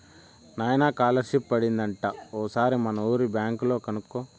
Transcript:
నాయనా కాలర్షిప్ పడింది అంట ఓసారి మనూరి బ్యాంక్ లో కనుకో